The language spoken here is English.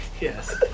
Yes